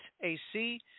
AC